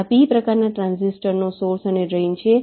આ P પ્રકારના ટ્રાંઝિસ્ટરનો સોર્સ અને ડ્રેઇન છે